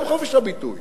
חופש הביטוי.